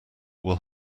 will